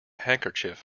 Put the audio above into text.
handkerchief